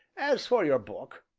as for your book,